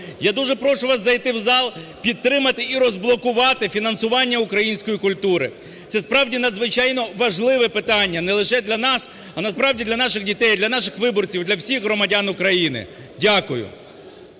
Я дуже прошу вас зайти у зал, підтримати і розблокувати фінансування української культури. Це справді надзвичайно важливе питання не лише для нас, а насправді для наших дітей, для наших виборців, для всіх громадян України. Дякую.